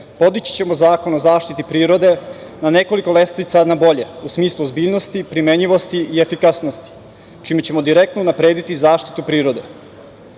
podići ćemo Zakon o zaštiti prirode na nekoliko lestvica nabolje, u smislu ozbiljnosti, primenjivosti i efikasnosti, čime ćemo direktno unaprediti zaštitu prirode.